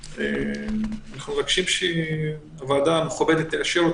ואנחנו מבקשים שהוועדה המכובדת תאשר אותו,